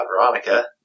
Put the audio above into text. Veronica